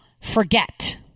forget